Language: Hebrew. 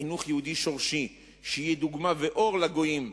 בחינוך יהודי שורשי, שיהיה דוגמה ואור לגויים,